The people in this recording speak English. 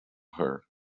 her